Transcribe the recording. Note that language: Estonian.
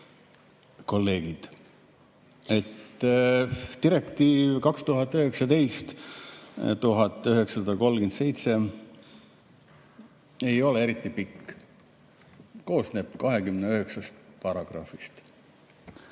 Kolleegid! Direktiiv 2019/1937 ei ole eriti pikk, see koosneb 29 paragrahvist.